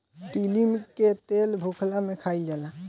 तीली के तेल भुखला में खाइल जाला